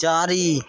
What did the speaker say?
चारि